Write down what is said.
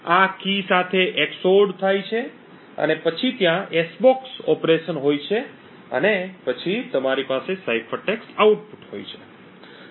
આ કી સાથે XORed થાય છે અને પછી ત્યાં s box ઓપરેશન હોય છે અને પછી તમારી પાસે સાઇફર ટેક્સ્ટ આઉટપુટ હોય છે